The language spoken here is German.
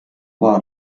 war